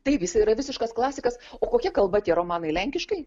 taip jis yra visiškas klasikas o kokia kalba tie romanai lenkiškai